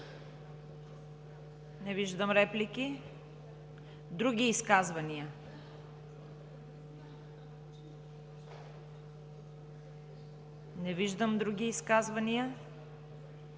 Не виждам реплики. Други изказвания? Не виждам други изказвания.